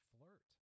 Flirt